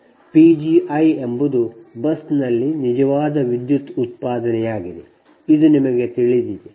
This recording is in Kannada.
P gi ಎಂಬುದು ಬಸ್ನಲ್ಲಿ ನಿಜವಾದ ವಿದ್ಯುತ್ ಉತ್ಪಾದನೆಯಾಗಿದೆ ಇದು ನಿಮಗೆ ತಿಳಿದಿದೆ